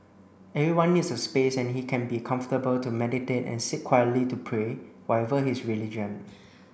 everyone needs a space and he can be comfortable to meditate and sit quietly to pray whatever his religion